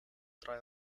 drei